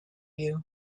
you